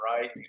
right